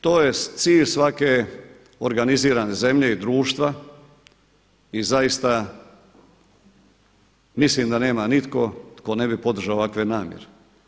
To je cilj svake organizirane zemlje i društva i zaista mislim da nema nitko tko ne bi podržao ovakve namjere.